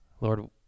Lord